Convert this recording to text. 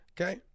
okay